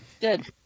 Good